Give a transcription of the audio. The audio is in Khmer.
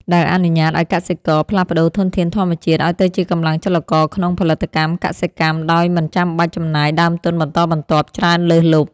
ដែលអនុញ្ញាតឱ្យកសិករផ្លាស់ប្តូរធនធានធម្មជាតិឱ្យទៅជាកម្លាំងចលករក្នុងផលិតកម្មកសិកម្មដោយមិនចាំបាច់ចំណាយដើមទុនបន្តបន្ទាប់ច្រើនលើសលប់។